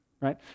Right